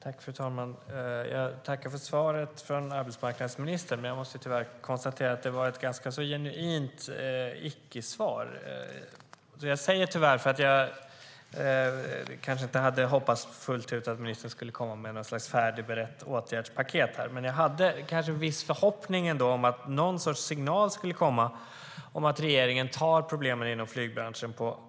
Fru talman! Jag tackar för svaret från arbetsmarknadsministern, men jag måste tyvärr konstatera att det var ett ganska genuint icke-svar. Jag hade kanske inte hoppats fullt ut att ministern skulle komma med något slags färdigberett åtgärdspaket, men jag hade kanske en viss förhoppning om att det skulle komma någon sorts signal om att regeringen tar problemen inom flygbranschen på allvar.